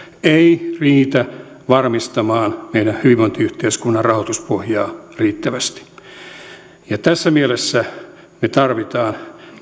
ei riitä varmistamaan meidän hyvinvointiyhteiskunnan rahoituspohjaa riittävästi tässä mielessä me tarvitsemme